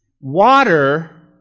Water